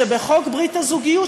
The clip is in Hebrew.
שבחוק ברית הזוגיות,